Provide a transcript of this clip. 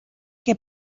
que